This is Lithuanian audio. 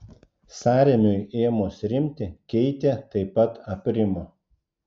sąrėmiui ėmus rimti keitė taip pat aprimo